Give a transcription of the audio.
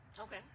Okay